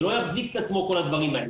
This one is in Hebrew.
זה לא יחזיק את עצמו כל הדברים האלה.